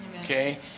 okay